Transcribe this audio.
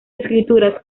escrituras